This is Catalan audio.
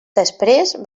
després